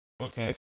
okay